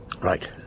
Right